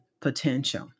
potential